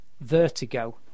Vertigo